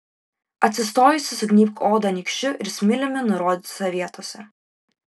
atsistojusi sugnybk odą nykščiu ir smiliumi nurodytose vietose